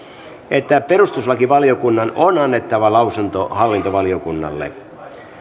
että perustuslakivaliokunnan on annettava lausunto hallintovaliokunnalle